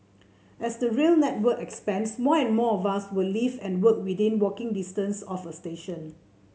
as the rail network expands more and more of us will live and work within walking distance of a station